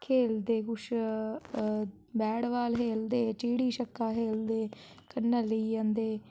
खेलदे कुछ bat ball खेलदे चिड़ी छिक्का खेलदे कन्नै लेई जंदे